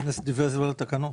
יש דברי הסבר לתקנות.